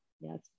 Yes